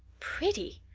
pretty?